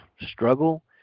struggle